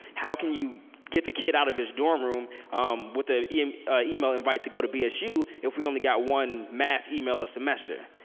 how can you get the kid out of his dorm room with ah an email invite to go to bsu if we only got one mass email a semester?